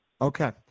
Okay